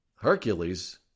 Hercules